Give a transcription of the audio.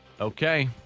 Okay